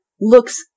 looks